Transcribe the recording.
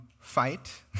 fight